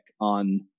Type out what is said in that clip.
on